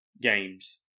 games